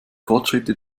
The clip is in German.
fortschritte